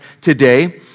today